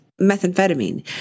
methamphetamine